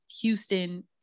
Houston